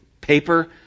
paper